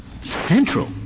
central